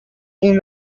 این